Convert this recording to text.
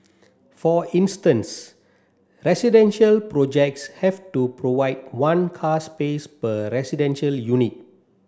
for instance residential projects have to provide one car space per residential unit